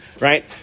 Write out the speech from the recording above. right